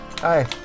hi